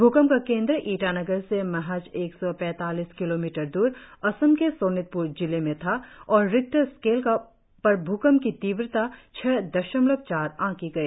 भ्रकंप का केंद्र ईटानगर से महज एक सौ पैतालीस किलोमीटर दूर असम के सोनितपुर जिले में था और रिक्टर स्केल पर भूकंप की तीव्रता छह दशमलव चार आंकी गई